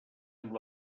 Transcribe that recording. amb